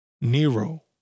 Nero